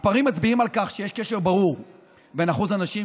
המספרים מצביעים על כך שיש קשר ברור בין אחוז הנשים